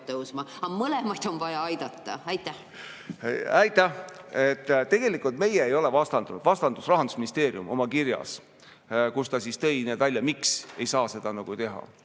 tõusma. Aga mõlemaid on vaja aidata. Aitäh! Tegelikult meie ei ole vastandanud, vastandas Rahandusministeerium oma kirjas, kus ta tõi välja, miks ei saa seda teha.